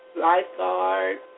lifeguard